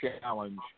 challenge